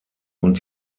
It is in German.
und